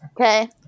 Okay